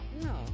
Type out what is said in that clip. No